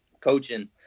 coaching